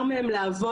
מחלה,